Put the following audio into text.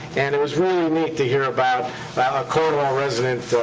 and it was really neat to hear about a cornwall resident,